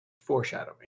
Foreshadowing